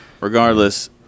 Regardless